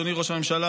אדוני ראש הממשלה,